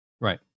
right